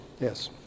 Yes